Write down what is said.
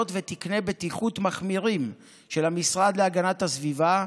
ותקני בטיחות מחמירים של המשרד להגנת הסביבה,